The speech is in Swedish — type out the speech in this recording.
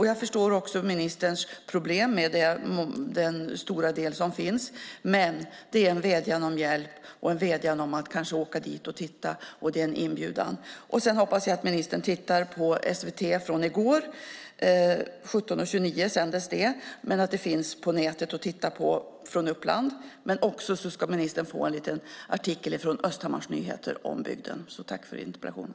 Jag förstår ministerns problem med den stora del som finns, men det är en vädjan om hjälp och en vädjan om att kanske åka dit och titta. Det är också en inbjudan. Sedan hoppas jag att ministern tittar på det program från Uppland som sändes 17.29 i SVT i går. Det finns att se på nätet. Dessutom ska ministern få en liten artikel från Östhammars Nyheter som handlar om bygden.